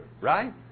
right